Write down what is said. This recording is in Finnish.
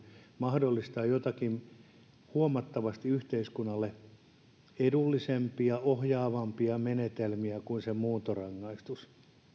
mahdollistaa joitakin yhteiskunnalle huomattavasti edullisempia ohjaavampia menetelmiä kuin se muuntorangaistus